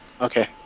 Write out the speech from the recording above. Okay